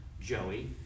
Joey